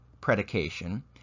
predication